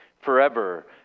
forever